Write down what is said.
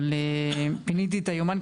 אבל פיניתי את היומן,